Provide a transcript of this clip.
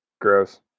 Gross